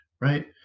right